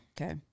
okay